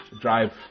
drive